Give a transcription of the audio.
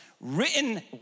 written